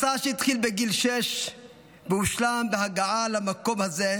מסע שהתחיל בגיל שש והושלם בהגעה למקום הזה,